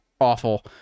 awful